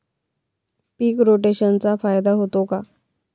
पीक रोटेशनचा फायदा होतो का?